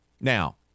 Now